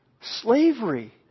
Slavery